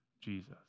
Jesus